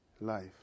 life